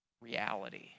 reality